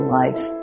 life